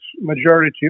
majority